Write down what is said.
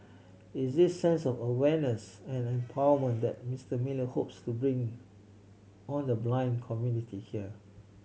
it's this sense of awareness and empowerment that Mister Miller hopes to bring on the blind community here